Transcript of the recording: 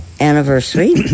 anniversary